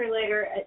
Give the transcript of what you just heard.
later